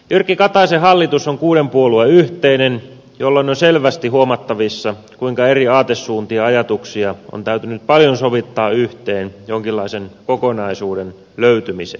jyrki kataisen hallitus on kuuden puolueen yhteinen jolloin on selvästi huomattavissa kuinka eri aatesuuntia ja ajatuksia on täytynyt paljon sovittaa yhteen jonkinlaisen kokonaisuuden löytymiseksi